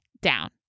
down